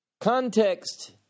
Context